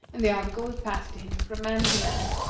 and the article was passed to him from man to man,